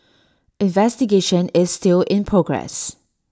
investigation is still in progress